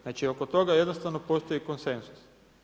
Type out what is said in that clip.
Znači, oko toga, jednostavno postoji konsenzus.